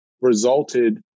resulted